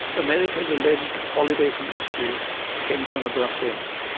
america's alleged holiday from history came to an abrupt end.